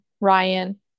Ryan